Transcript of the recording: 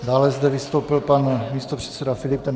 Dále zde vystoupil pan místopředseda Filip.